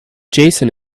jason